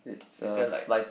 is there like